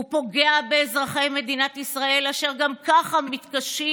הוא פוגע באזרחי מדינת ישראל אשר גם ככה מתקשים